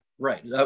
Right